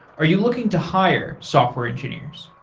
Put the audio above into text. are you looking to hire software engineers?